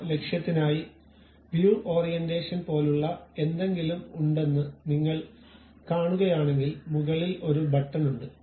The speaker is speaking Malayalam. ആ ലക്ഷ്യത്തിനായി വ്യൂ ഓറിയന്റേഷൻ പോലുള്ള എന്തെങ്കിലും ഉണ്ടെന്ന് നിങ്ങൾ കാണുകയാണെങ്കിൽ മുകളിൽ ഒരു ബട്ടൺ ഉണ്ട്